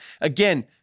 again